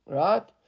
right